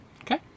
Okay